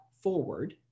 forward